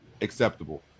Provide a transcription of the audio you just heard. acceptable